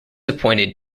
appointed